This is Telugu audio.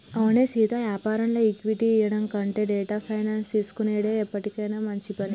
అవునే సీతా యాపారంలో ఈక్విటీ ఇయ్యడం కంటే డెట్ ఫైనాన్స్ తీసుకొనుడే ఎప్పటికైనా మంచి పని